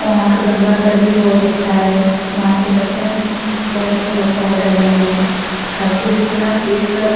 वहाँ का गंगा तट भी बहुत अच्छा है वहाँ पर दर्शन बहुत अच्छा लगता है करने में काशी विश्वनाथ एक